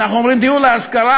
אנחנו אומרים לדיור להשכרה,